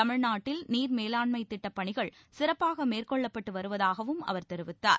தமிழ்நாட்டில் நீர்மேவாண்மை திட்டப்பணிகள் சிறப்பாக மேற்கொள்ளப்பட்டு வருவதாகவும் அவர் தெரிவித்தார்